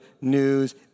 news